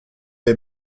est